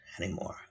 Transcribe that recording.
anymore